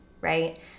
right